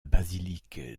basilique